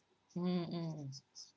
mm mm